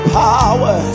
power